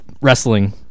wrestling